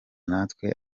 natwe